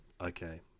Okay